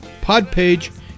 Podpage